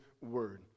Word